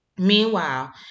Meanwhile